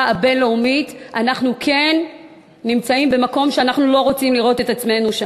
הבין-לאומית אנחנו כן נמצאים במקום שאנחנו לא רוצים למצוא בו את עצמנו.